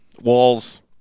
Walls